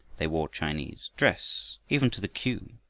they wore chinese dress, even to the cue,